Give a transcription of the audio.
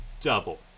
double